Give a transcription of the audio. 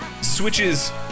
switches